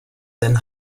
than